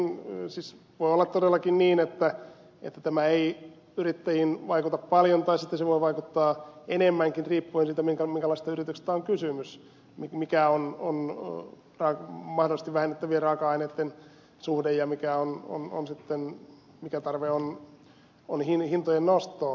siis voi olla todellakin niin että tämä ei yrittäjiin vaikuta paljon tai sitten se voi vaikuttaa enemmänkin riippuen siitä minkälaisesta yrityksestä on kysymys mikä on mahdollisesti vähennettävien raaka aineitten suhde ja mikä tarve on hintojen nostoon